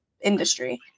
industry